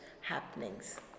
happenings